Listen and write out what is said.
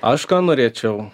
aš ką norėčiau